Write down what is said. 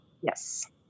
Yes